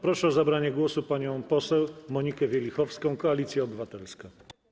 Proszę o zabranie głosu panią poseł Monikę Wielichowską, Koalicja Obywatelska.